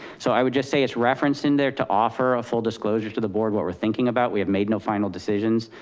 so i would just say it's referenced in there to offer a full disclosure to the board, what we're thinking about. we have made no final decisions,